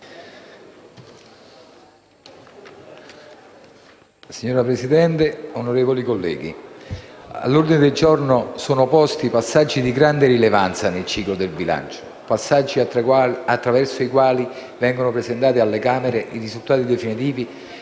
Signora Presidente, onorevoli colleghi, all'ordine del giorno sono posti passaggi di grande rilevanza nel ciclo di bilancio, passaggi attraverso i quali vengono presentati alle Camere i risultati definitivi